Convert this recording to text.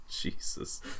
Jesus